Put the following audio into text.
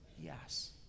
Yes